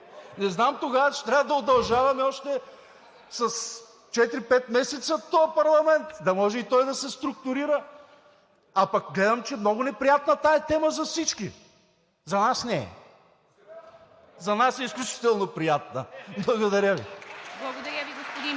Не знам, тогава ще трябва да удължаваме с още четири-пет месеца този парламент, да може и той да се структурира. А пък гледам, че много е неприятна тази тема за всички! За нас не е – за нас е изключително приятна. Благодаря Ви. (Ръкопляскания